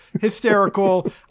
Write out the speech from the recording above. Hysterical